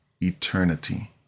eternity